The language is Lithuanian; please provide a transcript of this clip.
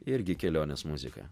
irgi kelionės muzika